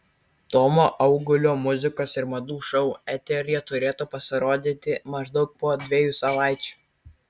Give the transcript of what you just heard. tomo augulio muzikos ir madų šou eteryje turėtų pasirodyti maždaug po dviejų savaičių